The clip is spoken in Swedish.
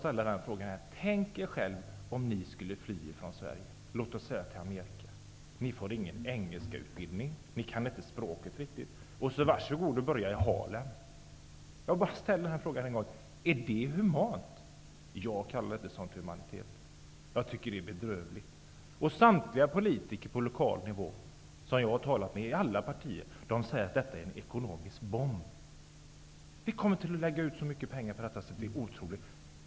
Tänk er själv om ni skulle fly från Sverige -- låt oss säga till Amerika; ni får ingen utbildning i engelska, ni kan inte språket riktigt, och så säger man: Var så god och börja i Harlem! Jag frågar bara: Är det humant? Jag kallar inte sådant humanitet. Jag tycker att det är bedrövligt. Samtliga politiker som jag har talat med på lokal nivå -- de representerar alla partier -- säger att detta är en ekonomisk bomb. Vi kommer att lägga ut så mycket pengar på detta att det är otroligt.